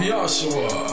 Yahshua